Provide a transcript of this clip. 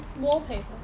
Wallpaper